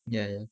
ya